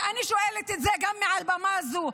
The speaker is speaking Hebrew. ואני שואלת את זה גם מעל הבמה הזו,